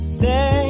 say